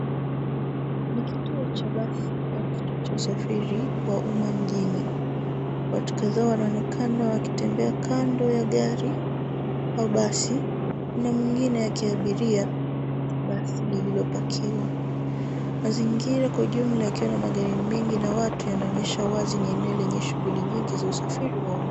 Ni kituo cha basi au kituo cha usafiri wa umma mjini. Watu kadhaa wanaonekana wakitembea kando ya gari, wa basi, na mwingine akiabiria, basi lililopakiwa. Mazingira kwa ujumla yakiwa na magari mengi na watu yanaonyesha wazi ni eneo lenye shughuli nyingi za usafiri wa umma.